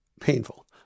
painful